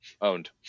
Owned